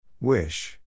Wish